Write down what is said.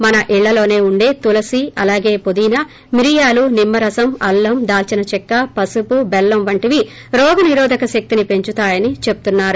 మన ఇళ్లల్లోనే ఉండే తులసి అలాగే పుదీనా మిరియాలు నిమ్మ రసం అల్లం దాల్సిన చెక్క పసుపు బెల్లం వంటివి రోగనిరోదక శక్తిని పెంచుతాయని చెపున్నారు